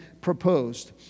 proposed